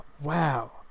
wow